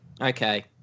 okay